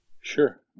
Sure